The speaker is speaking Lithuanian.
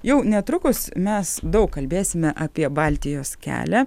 jau netrukus mes daug kalbėsime apie baltijos kelią